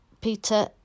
peter